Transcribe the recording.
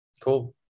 Cool